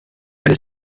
eines